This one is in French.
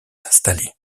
installée